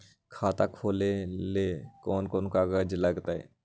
खाता खोले ले कौन कौन कागज लगतै?